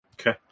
Okay